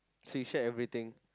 so you shared everything